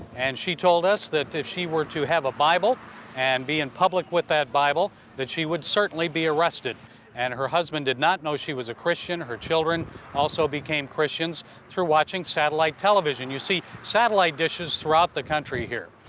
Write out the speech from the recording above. and she told us that if she were to have a bible and be in public with that bible that she would certainly be arrested and that her husband did not know she was a christian. her children also became christians through watching satellite television. you see satellite dishes throughout the country here.